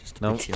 No